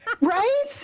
right